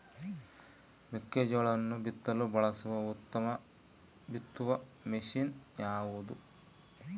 ಮೆಕ್ಕೆಜೋಳವನ್ನು ಬಿತ್ತಲು ಬಳಸುವ ಉತ್ತಮ ಬಿತ್ತುವ ಮಷೇನ್ ಯಾವುದು?